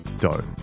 dough